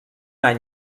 any